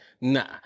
nah